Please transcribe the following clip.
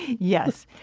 yes.